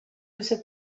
cette